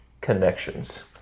connections